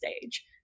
stage